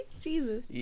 Jesus